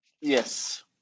yes